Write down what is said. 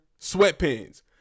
sweatpants